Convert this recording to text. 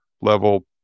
level